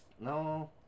No